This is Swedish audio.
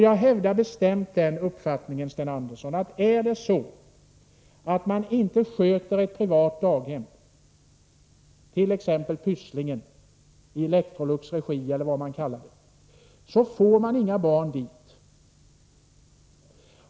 Jag hävdar bestämt den uppfattningen att om man inte sköter ett privat daghem, t.ex. Pysslingen i Electrolux regi, då får man inga barn dit.